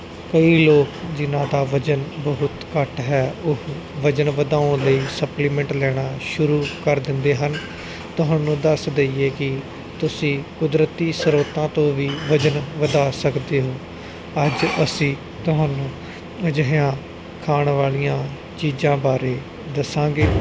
ਕਈ ਲੋਕ ਜਿਹਨਾਂ ਦਾ ਵਜਨ ਬਹੁਤ ਘੱਟ ਹੈ ਉਹ ਵਜਨ ਵਧਾਉਣ ਲਈ ਸਪਲੀਮੈਂਟ ਲੈਣਾ ਸ਼ੁਰੂ ਕਰ ਦਿੰਦੇ ਹਨ ਤੁਹਾਨੂੰ ਦੱਸ ਦਈਏ ਕਿ ਤੁਸੀਂ ਕੁਦਰਤੀ ਸਰੋਤਾਂ ਤੋਂ ਵੀ ਵਜਨ ਵਧਾ ਸਕਦੇ ਹੋ ਅੱਜ ਅਸੀਂ ਤੁਹਾਨੂੰ ਅਜਿਹੀਆਂ ਖਾਣ ਵਾਲੀਆਂ ਚੀਜ਼ਾਂ ਬਾਰੇ ਦੱਸਾਂਗੇ